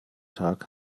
tag